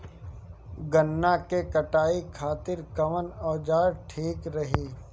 गन्ना के कटाई खातिर कवन औजार ठीक रही?